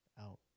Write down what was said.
out